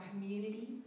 community